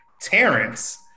Terrence